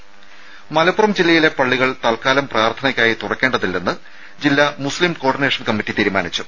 രുമ മലപ്പുറം ജില്ലയിലെ പള്ളികൾ തൽക്കാലം പ്രാർത്ഥനയ്ക്കായി തുറക്കേണ്ടതില്ലെന്ന് ജില്ലാ മുസ്ലിം കോ ഓഡിനേഷൻ കമ്മിറ്റി തീരുമാനിച്ചു